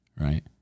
Right